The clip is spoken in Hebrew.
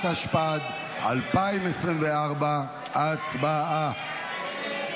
התשפ"ד 2024. הצבעה.